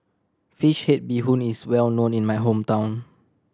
fish head bee hoon is well known in my hometown